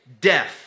Death